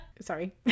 Sorry